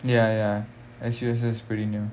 ya ya S_U_S_S is pretty new